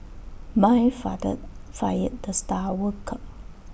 my father fired the star worker